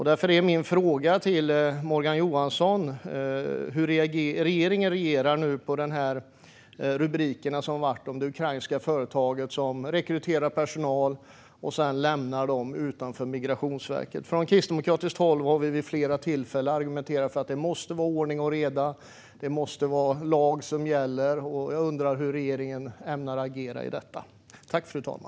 Därför är min fråga till Morgan Johansson: Hur reagerar regeringen på de rubriker som varit om det ukrainska företag som rekryterar personal och sedan lämnar dem utanför Migrationsverket? Från kristdemokratiskt håll har vi vid flera tillfällen argumenterat för att det måste vara ordning och reda och att det måste vara lag som gäller. Jag undrar hur regeringen ämnar agera i detta?